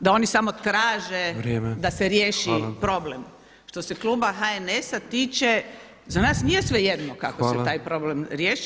da oni samo traže [[Upadica Petrov: Vrijeme, hvala.]] da se riješ problem. što se kluba HNS-a tiče za nas nije [[Upadica Petrov: Hvala.]] svejedno kako se taj problemi riješi.